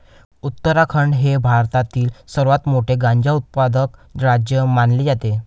उत्तराखंड हे भारतातील सर्वात मोठे गांजा उत्पादक राज्य मानले जाते